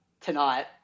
tonight